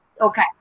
okay